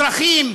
אזרחים,